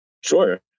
Sure